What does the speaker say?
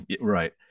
right